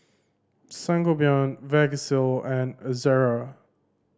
Sangobion Vagisil and Ezerra